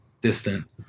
distant